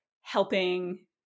helping